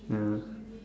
ya